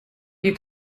you